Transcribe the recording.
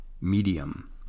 medium